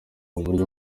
uburyo